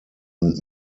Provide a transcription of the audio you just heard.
und